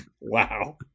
Wow